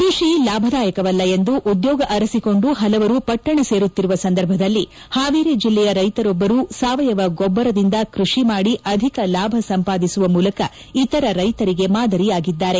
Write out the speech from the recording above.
ಕೃಷಿ ಲಾಭದಾಯಕವಲ್ಲಾ ಎಂದು ಉದ್ಯೋಗ ಅರಸಿಕೊಂಡು ಹಲವರು ಪಟ್ಟಣ ಸೇರುತ್ತಿರುವ ಸಂದರ್ಭದಲ್ಲಿ ಹಾವೇರಿ ಜಿಲ್ಲೆಯ ರೈತರೊಬ್ಬರು ಸಾವಯವ ಗೊಬ್ಬರದಿಂದ ಕೃಷಿ ಮಾಡಿ ಅಧಿಕ ಲಾಭ ಸಂಪಾದಿಸುವ ಮೂಲಕ ಇತರ ರೈತರಿಗೆ ಮಾದರಿಯಾಗಿದ್ದಾರೆ